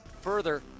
Further